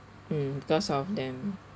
mm because of them